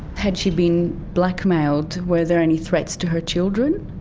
had she been blackmailed? were there any threats to her children?